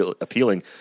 appealing